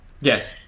Yes